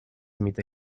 emite